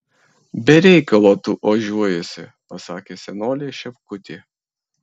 be reikalo tu ožiuojiesi pasakė senolė šepkutė